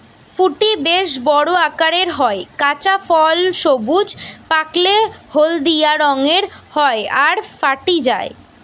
ফুটি বেশ বড় আকারের হয়, কাঁচা ফল সবুজ, পাকলে হলদিয়া রঙের হয় আর ফাটি যায়